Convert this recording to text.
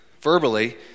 verbally